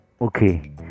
okay